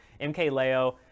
MKLeo